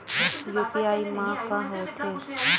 UPI मा का होथे?